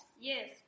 Yes